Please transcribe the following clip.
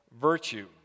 virtue